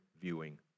viewing